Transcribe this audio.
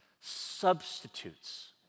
substitutes